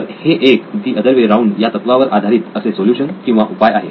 तर हे एक द अदर वे राऊंड या तत्त्वावर आधारित असे सोल्युशन किंवा उपाय आहे